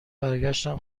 برگشتن